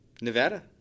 Nevada